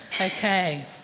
Okay